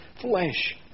flesh